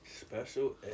Special